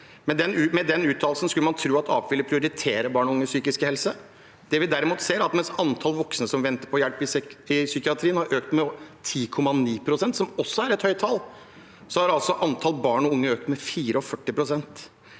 Med den uttalelsen skulle man tro at Arbeiderpartiet ville prioritere barn og unges psykiske helse. Det vi derimot ser, er at mens antall voksne som venter på hjelp i psykiatrien, har økt med 10,9 pst., som også er et høyt tall, har altså antall barn og unge økt med 44 pst.